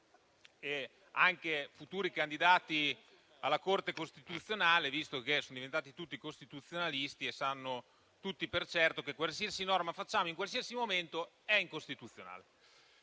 umani) e futuri candidati alla Corte costituzionale (visto che sono diventati tutti i costituzionalisti e sanno tutti per certo che qualsiasi norma facciamo in qualsiasi momento è incostituzionale),